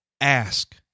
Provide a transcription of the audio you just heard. ask